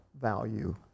value